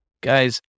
Guys